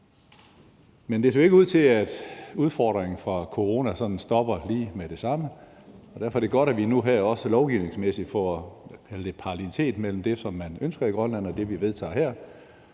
Men det ser jo ikke ud til, at udfordringen fra corona sådan stopper lige med det samme, og derfor er det godt, at vi nu her også lovgivningsmæssigt får parallelitet mellem det, som man ønsker i Grønland, og det, vi vedtager her.